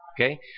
Okay